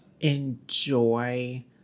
enjoy